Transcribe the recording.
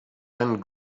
and